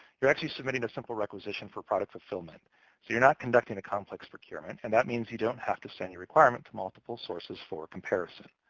you're actually submitting a simple requisition for product fulfillment. so you're not conducting a complex procurement, and that means you don't have to send your requirement to multiple sources for comparison.